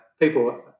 People